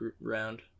round